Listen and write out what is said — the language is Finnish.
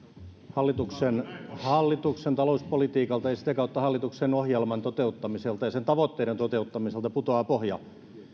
hallituksen hallituksen talouspolitiikalta ja sitä kautta hallituksen ohjelman toteuttamiselta ja sen tavoitteiden toteuttamiselta putoaa pohja